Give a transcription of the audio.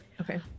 okay